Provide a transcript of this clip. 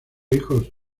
hijos